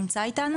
הוא נמצא אתנו?